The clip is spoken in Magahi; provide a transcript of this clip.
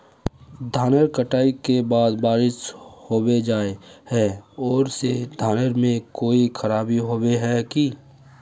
धानेर कटाई के बाद बारिश होबे जाए है ओ से धानेर में कोई खराबी होबे है की?